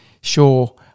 sure